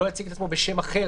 הוא לא יציג את עצמו בשם אחר.